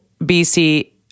BC